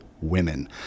women